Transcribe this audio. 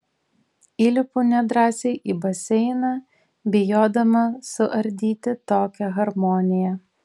įlipu nedrąsiai į baseiną bijodama suardyti tokią harmoniją